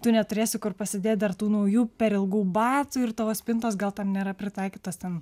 tu neturėsi kur pasidėt dar tų naujų per ilgų batų ir tavo spintos gal ten nėra pritaikytos ten